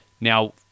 Now